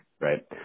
right